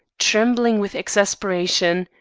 trembling with exasperation.